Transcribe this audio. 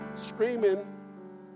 screaming